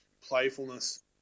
playfulness